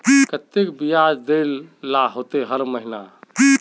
केते बियाज देल ला होते हर महीने?